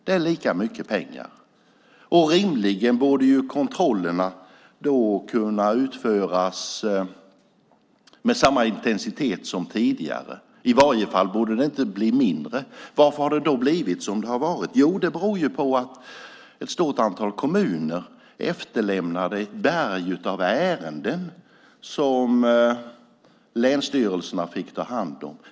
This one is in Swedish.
Det är lika mycket pengar, och rimligen borde kontrollerna kunna utföras med samma intensitet som tidigare. I varje fall borde den inte bli mindre. Varför har det då blivit som det har blivit? Jo, det beror på att ett stort antal kommuner efterlämnade ett berg av ärenden som länsstyrelserna fick ta hand om.